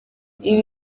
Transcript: ibi